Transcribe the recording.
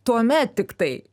tuomet tiktai